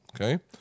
Okay